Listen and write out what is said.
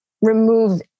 remove